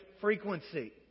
frequency